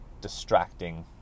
distracting